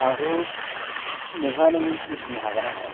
आंथ' नोंहा नों बुथुमनो हागोन ना हाया